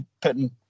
putting